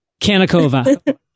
Kanakova